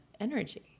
energy